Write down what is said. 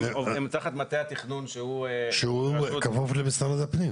הן תחת מטה התכנון שהוא --- שהוא כפוף למשרד הפנים.